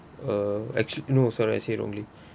uh actually no sorry I say wrongly